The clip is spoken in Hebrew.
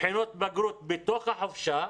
בחינות בגרות בתוך החופשה,